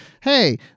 Hey